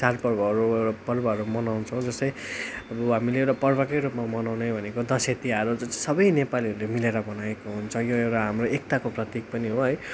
चाडपर्वहरू पर्वहरू मनाउछौँ जस्तै अब हामीले पर्वकै रूपमा मनाउने भनेको दसैँ तिवार हो जो चाहिँ सबै नेपालीहरूले मिलेर मनाएको हुन्छ यो एउटा हाम्रो एकताको प्रतिक पनि हो है